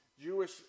Jewish